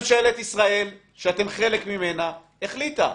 ממשלת ישראל, שאתם חלק ממנה, החליטה.